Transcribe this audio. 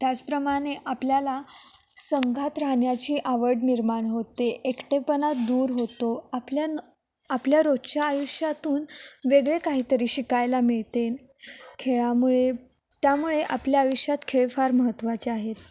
त्याचप्रमाणे आपल्याला संघात राहण्याची आवड निर्माण होते एकटेपणा दूर होतो आपल्या आपल्या रोजच्या आयुष्यातून वेगळे काहीतरी शिकायला मिळते खेळामुळे त्यामुळे आपल्या आयुष्यात खेळ फार महत्वाचे आहेत